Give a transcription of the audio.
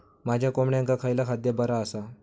माझ्या कोंबड्यांका खयला खाद्य बरा आसा?